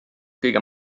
kõige